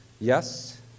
yes